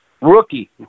Rookie